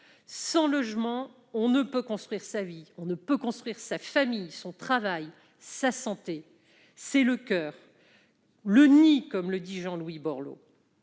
sans logement, on ne peut construire sa vie, sa famille, son travail, sa santé. C'est le coeur, le nid, comme le dit Jean-Louis Borloo